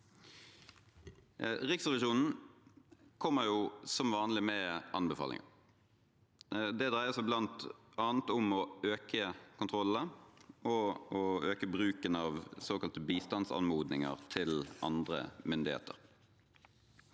Riksrevisjonen kommer som vanlig med anbefalinger. De dreier seg bl.a. om å øke antall kontroller og å øke bruken av bistandsanmodninger til andre myndigheter.